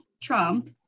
trump